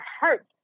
hurt